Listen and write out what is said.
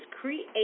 create